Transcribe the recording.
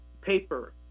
paper